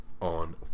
On